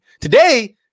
Today